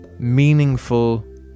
meaningful